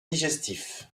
digestif